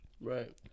Right